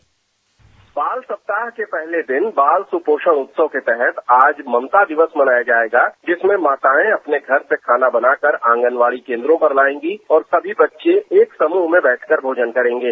bite बाल सप्ताह के पहले दिन बाल सुपोषण उत्सव के तहत आज ममता दिवस मनाया जायेगा जिसमें माताएं अपने घर से खाना बनाकर आंगनवाड़ी केन्द्रों पर लायेंगी और सभी बच्चे एक समूह में बैठकर भोजन करेंगे